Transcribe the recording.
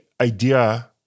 idea